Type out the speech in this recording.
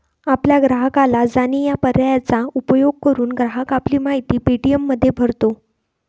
आपल्या ग्राहकाला जाणे या पर्यायाचा उपयोग करून, ग्राहक आपली माहिती पे.टी.एममध्ये भरतो